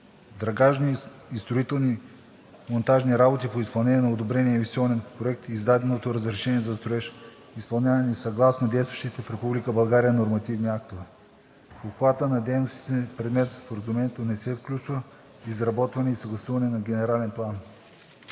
драгажни и строителни монтажни работи по изпълнение на одобрения Инвестиционен проект, издаденото разрешение за строеж, изпълнявани съгласно действащите в Република България нормативни актове. В обхвата на дейностите, предмет на Споразумението, не се включва изработване и съгласуване на генерален план.